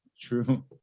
True